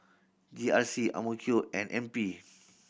G R C and N P